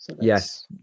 Yes